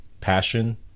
passion